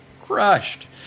crushed